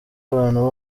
abantu